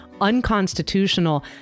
unconstitutional